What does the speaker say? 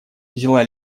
взяла